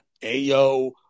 Ayo